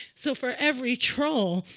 so for every troll,